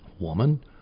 Woman